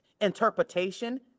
interpretation